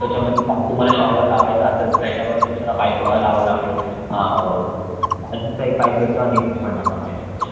त्याच्यामध्ये छान तुम्हाला शॉवर लावायचा असेल तर त्याच्यावर दुसरा पाईप लावावा लागतो फायबरचा एक पाईप भेटतो आणि एक लोखंडाचा पाईप भेटतो